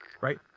right